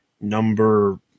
number